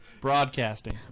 broadcasting